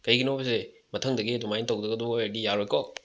ꯀꯩꯒꯤꯅꯣꯕ ꯁꯦ ꯃꯊꯪꯗꯒꯤ ꯑꯗꯨꯃꯥꯏꯅ ꯇꯧꯗꯒꯗꯧꯕ ꯑꯣꯏꯔꯗꯤ ꯌꯥꯔꯣꯏꯀꯣ